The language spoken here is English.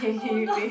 oh no